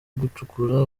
gucukura